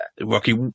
Rocky